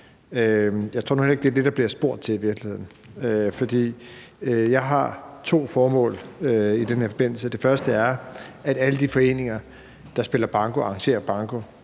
Jeg tror nu heller ikke, at det er det, der i virkeligheden bliver spurgt til. Jeg har to formål i den her forbindelse. Det første er, at alle de foreninger, der spiller banko og arrangerer banko